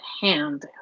Hand